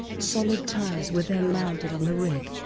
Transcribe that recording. solid tires were then mounted on the rig.